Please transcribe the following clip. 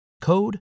code